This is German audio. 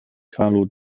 carlo